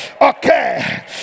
Okay